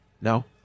No